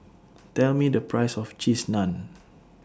Tell Me The Price of Cheese Naan